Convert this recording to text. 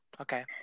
Okay